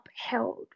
upheld